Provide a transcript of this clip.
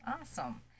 Awesome